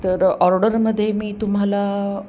तर ऑर्डरमध्ये मी तुम्हाला